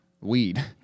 weed